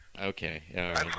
Okay